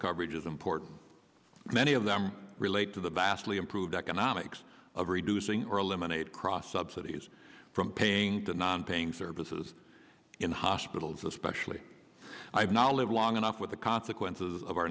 coverage is important many of them relate to the vastly improved economics of reducing or eliminate cross subsidies from paying to nonpaying services in hospitals especially i have not lived long enough with the consequences of our